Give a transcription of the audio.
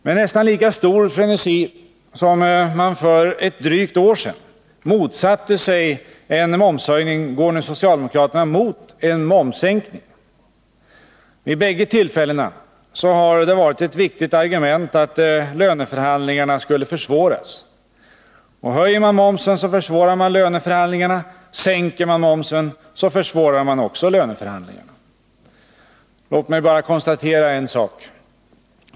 Med nästan lika stor frenesi som man för ett drygt år sedan motsatte sig en momshöjning går nu socialdemokraterna mot en momssänkning. Vid bägge tillfällena har det varit ett viktigt argument att löneförhandlingarna skulle försvåras. Höjer man momsen försvårar man löneförhandlingarna. Sänker man momsen försvårar man också löneförhandlingarna. Låt mig bara konstatera en sak.